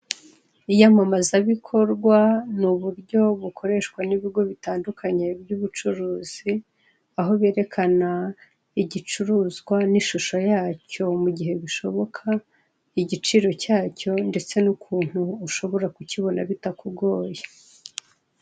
iyamamazabikorwa ni uburyo bukoreshwa n'ibigo bitandukanye by'ubucuruzi, aho berekana igicuruzwa n'ishusho yacyo mu gihe bishoboka igiciro cyacyo ndetse n'ukuntu ushobora kukibona bitakugoye.